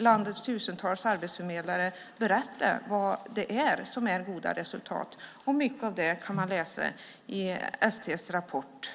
Landets tusentals arbetsförmedlare kan berätta om vad det är som är goda resultat. Mycket av det kan man läsa i ST:s rapport